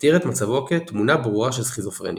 ותיאר את מצבו כ-"תמונה ברורה של סכיזופרניה".